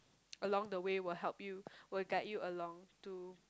along the way will help you will guide you along to